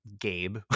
Gabe